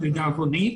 לדאבוני.